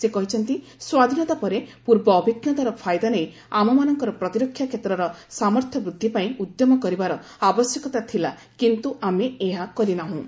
ସେ କହିଛନ୍ତି ସ୍ୱାଧୀନତା ପରେ ପୂର୍ବ ଅଭିଜ୍ଞତାର ଫାଇଦା ନେଇ ଆମମାନଙ୍କର ପ୍ରତିରକ୍ଷା କ୍ଷେତ୍ରର ସାମର୍ଥ୍ୟ ବୃଦ୍ଧି ପାଇଁ ଉଦ୍ୟମ କରିବାର ଆବଶ୍ୟକତା ଥିଲା କିନ୍ତୁ ଆମେ ଏହା କରିନାହୁଁ